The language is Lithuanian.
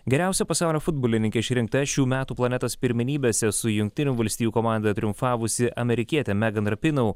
geriausia pasaulio futbolininke išrinkta šių metų planetos pirmenybėse su jungtinių valstijų komanda triumfavusi amerikietė megan rapinau